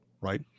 right